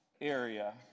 area